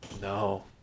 No